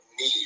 need